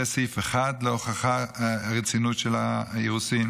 זה סעיף אחד להוכחת רצינות של האירוסין,